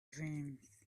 dreams